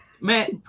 man